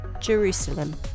Jerusalem